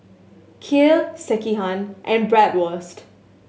Kheer Sekihan and Bratwurst